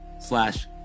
slash